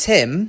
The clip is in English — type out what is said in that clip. Tim